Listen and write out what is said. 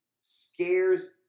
scares